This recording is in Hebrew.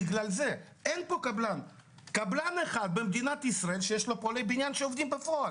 אין קבלן אחד במדינת ישראל שיש לו פועלי בניין שעובדים בפועל.